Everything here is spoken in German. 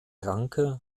ranke